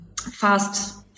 fast